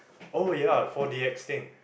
oh ya for the extinct